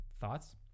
thoughts